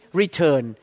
return